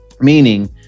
meaning